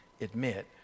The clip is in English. admit